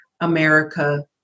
America